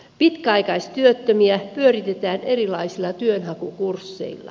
pitkäaikaistyöttömiä pyöritetään erilaisilla työnhakukursseilla